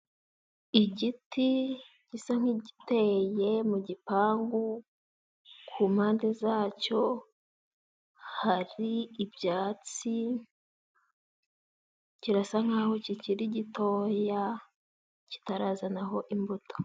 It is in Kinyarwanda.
Igiti gisa nk'igiteye mu gipangu. Ku mpande zacyo hari ibyatsi. Kirasa nkaho kikiri gitoya kitarazanaho imbuto.